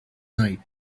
night